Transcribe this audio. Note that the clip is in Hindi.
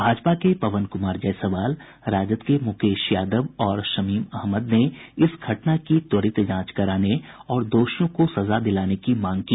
भाजपा के पवन कुमार जायसवाल राजद के मुकेश यादव और शमीम अहमद ने इस घटना की त्वरित जांच कराने और दोषियों को सजा दिलाने की मांग की